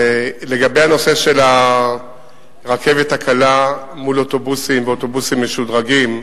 לגבי הנושא של רכבת קלה מול אוטובוסים ואוטובוסים משודרגים,